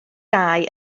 dau